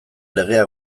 legea